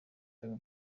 tego